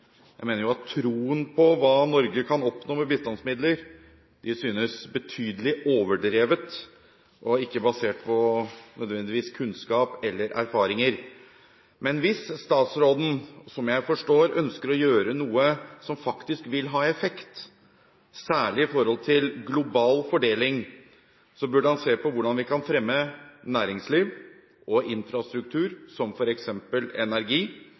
jeg mener troen på hva Norge kan oppnå med bistandsmidler, synes betydelig overdrevet og ikke nødvendigvis basert på kunnskap eller erfaringer. Men hvis statsråden, som jeg forstår, ønsker å gjøre noe som faktisk vil ha effekt – særlig i forhold til global fordeling – burde han se på hvordan vi kan fremme næringsliv og infrastruktur, som f.eks. energi,